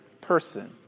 person